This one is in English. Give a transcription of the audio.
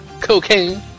cocaine